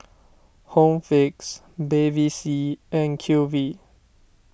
Home Fix Bevy C and Q V